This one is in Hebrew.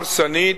הרסנית,